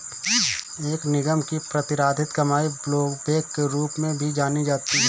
एक निगम की प्रतिधारित कमाई ब्लोबैक के रूप में भी जानी जाती है